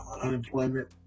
unemployment